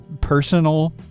personal